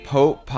Pope